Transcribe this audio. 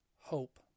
hope